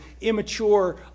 immature